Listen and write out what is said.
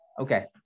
Okay